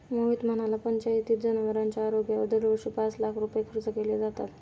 मोहित म्हणाला, पंचायतीत जनावरांच्या आरोग्यावर दरवर्षी पाच लाख रुपये खर्च केले जातात